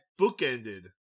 bookended